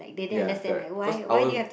ya correct cause our